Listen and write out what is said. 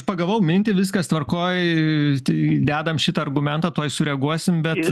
pagavau mintį viskas tvarkoj dedame šitą argumentą tuoj sureaguosim bet